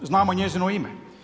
Znamo njezino ime.